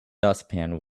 dustpan